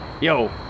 yo